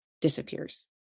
disappears